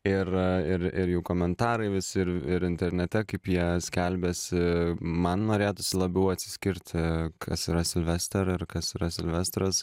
ir ir ir jų komentarai visi ir ir internete kaip jie skelbiasi man norėtųsi labiau atsiskirti kas yra silvester ir kas yra silvestras